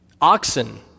Oxen